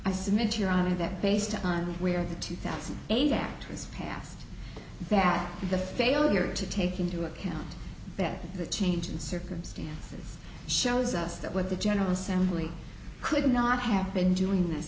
i submit your honor that based on where the two thousand eight act was passed that the failure to take into account that the change in circumstances shows us that what the general assembly could not have been doing this